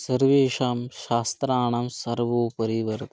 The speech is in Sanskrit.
सर्वेषां शास्त्राणां सर्वोपरि वर्तते